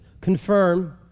confirm